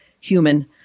human